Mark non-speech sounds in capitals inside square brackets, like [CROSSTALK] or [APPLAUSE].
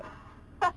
[LAUGHS]